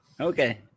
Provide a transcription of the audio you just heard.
Okay